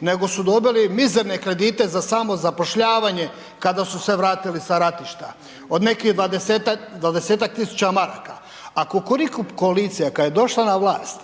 nego su dobili mizerne kredite za samozapošljavanje kada su se vratili sa ratišta od nekih 20-ak tisuća maraka. A kukuriku koalicija kada je došla na vlast